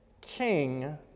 king